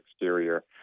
exterior